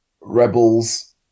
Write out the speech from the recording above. Rebels